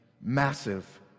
massive